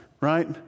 Right